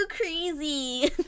crazy